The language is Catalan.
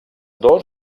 dos